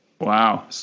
wow